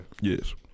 Yes